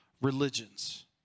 religions